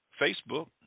Facebook